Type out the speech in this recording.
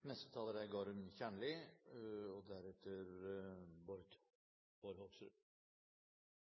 Jeg vil starte med å takke interpellanten for å reise denne debatten og